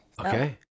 Okay